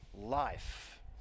life